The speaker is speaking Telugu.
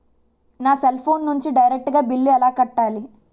నా సెల్ ఫోన్ నుంచి డైరెక్ట్ గా బిల్లు ఎలా కట్టాలి?